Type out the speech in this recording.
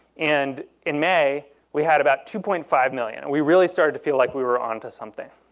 and in may, we had about two point five million, and we really started to feel like we were on to something.